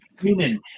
human